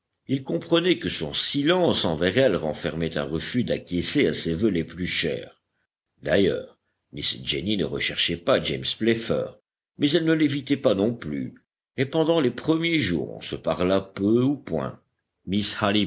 il comprenait que son silence envers elle renfermait un refus d'acquiescer à ses vœux les plus chers d'ailleurs miss jenny ne recherchait pas james playfair mais elle ne l'évitait pas non plus et pendant les premiers jours on se parla peu ou point miss